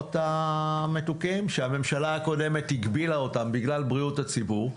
המשקאות המתוקים שהממשלה הקודמת הגבילה אותם בגלל בריאות הציבור.